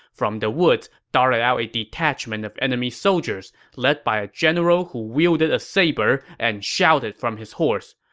from the woods darted out a detachment of enemy soldiers, led by a general who wielded a saber and shouted from his horse,